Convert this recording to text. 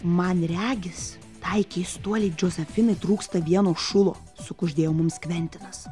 man regis tai keistuolei džozefinai trūksta vieno šulo sukuždėjo mums kventinas